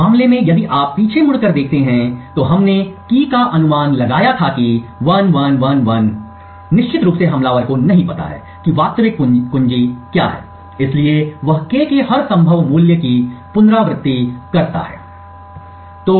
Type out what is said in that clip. इस मामले में यदि आप पीछे मुड़कर देखते हैं तो हमने चाबी का अनुमान लगाया था कि 1111 निश्चित रूप से हमलावर को नहीं पता है कि वास्तविक कुंजी क्या है इसलिए वह K के हर संभव मूल्य की पुनरावृति करता है